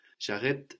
J'arrête